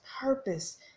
purpose